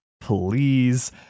Please